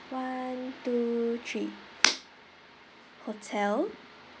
one two three hotel